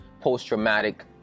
post-traumatic